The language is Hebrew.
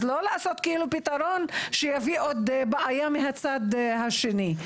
אז לא לעשות פתרון שיביא עוד בעיה מהצד השני.